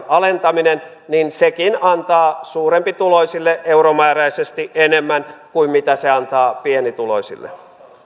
alentaminen antaa suurempituloisille euromääräisesti enemmän kuin mitä se antaa pienituloisille